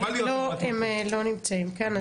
אבל הם לא נמצאים כאן,